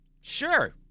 Sure